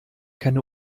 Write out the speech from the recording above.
keine